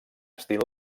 estil